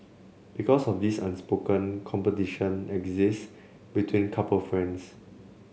because of this unspoken competition exists between couple friends